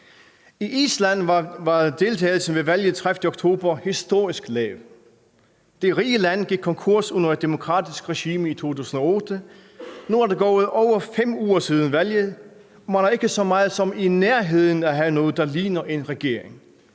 I Island var deltagelsen ved valget den 30. oktober historisk lav. Det rige land gik konkurs under et demokratisk regime i 2008. Nu er der gået over 5 uger siden valget, og man er ikke så meget som i nærheden af at have noget, der ligner en regering.